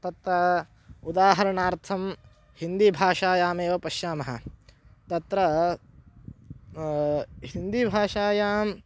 तत् उदाहरणार्थं हिन्दीभाषायामेव पश्यामः तत्र हिन्दीभाषायां